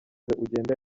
ugende